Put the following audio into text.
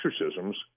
exorcisms